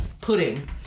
pudding